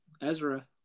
Ezra